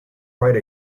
write